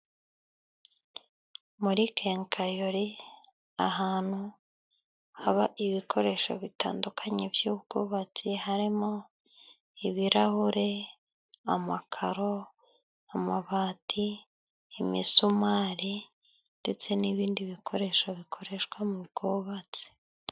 Muri kenkayori ,ahantu haba ibikoresho bitandukanye by'ubwubatsi ,harimo: ibirahure ,amakaro ,amabati ,imisumari ndetse n'ibindi bikoresho bikoreshwa mu bwubatsi.